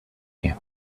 here